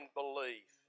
belief